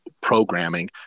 programming